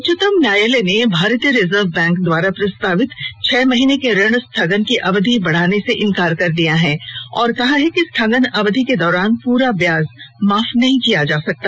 उच्चतम न्यानयालय ने भारतीय रिजर्व बैंक द्वारा प्रस्तावित छह महीने के ऋण स्थगन की अवधि बढाने से इन्कार कर दिया है और कहा है कि स्थगन अवधि के दौरान पूरा ब्याज माफ नहीं किया जा सकता